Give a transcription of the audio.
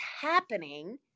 happening